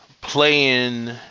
playing